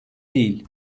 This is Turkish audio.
değil